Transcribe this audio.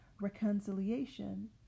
reconciliation